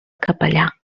capellà